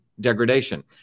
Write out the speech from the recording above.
degradation